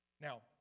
Now